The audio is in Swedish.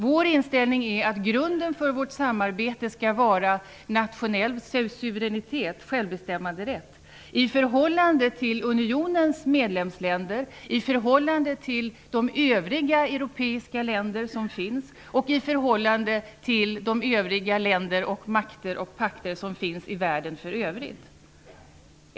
Vänsterpartiets inställning är att grunden för vårt samarbete skall vara nationell suveränitet, självbestämmanderätt, i förhållande till unionens medlemsländer och övriga europeiska länder samt i förhållande till de andra länder, makter och pakter som finns i världen i övrigt.